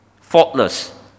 faultless